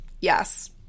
Yes